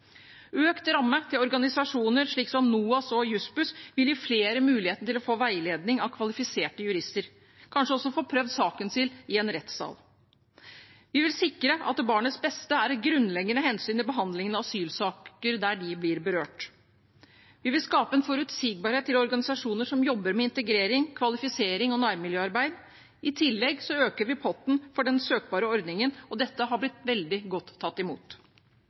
økt ramme til organisasjoner som NOAS og Jussbuss vil gi flere muligheten til veiledning av kvalifiserte jurister, kanskje også til å få prøvd saken sin i en rettssal. Vi vil sikre at barnets beste er det grunnleggende hensynet ved behandlingen av asylsaker der de blir berørt. Vi vil skape en forutsigbarhet for organisasjoner som jobber med integrering, kvalifisering og nærmiljøarbeid, og i tillegg øker vi potten for den søkbare ordningen. Dette er blitt veldig godt tatt imot.